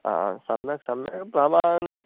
हा सम्यग् सम्यग् भवान्